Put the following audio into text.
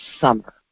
summer